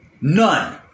None